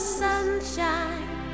sunshine